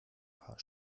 paar